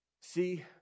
see